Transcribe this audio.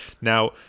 Now